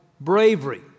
bravery